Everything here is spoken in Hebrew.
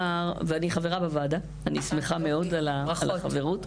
חברה בוועדה, ואני שמחה מאוד על החברוּת.